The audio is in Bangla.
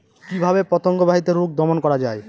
কিভাবে পতঙ্গ বাহিত রোগ দমন করা যায়?